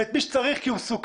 ואת מי שצריך כי הוא מסוכן,